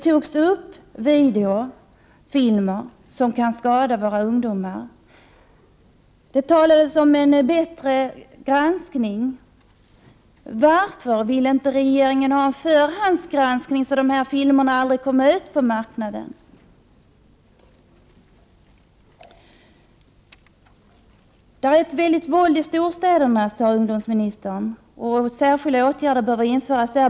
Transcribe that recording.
Hon nämnde videofilmer, som kan skada våra ungdomar. Det talades om en bättre granskning. Varför vill inte regeringen ha en förhandsgranskning, så att dessa filmer aldrig kommer ut på marknaden? Ungdomsministern sade att det förekommer mycket våld i storstäderna. Särskilda åtgärder behöver vidtas.